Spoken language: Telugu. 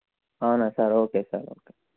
అవునా సార్ ఓకే సార్ ఓకే